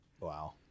Wow